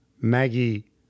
Maggie